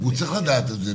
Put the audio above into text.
הוא צריך לדעת את זה,